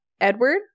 Edward